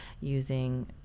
using